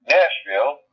Nashville